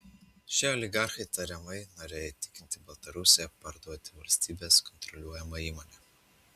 šie oligarchai tariamai norėjo įtikinti baltarusiją parduoti valstybės kontroliuojamą įmonę